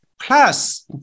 Plus